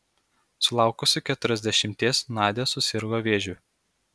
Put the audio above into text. sulaukusi keturiasdešimties nadia susirgo vėžiu